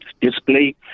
display